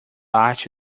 arte